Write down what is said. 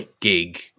gig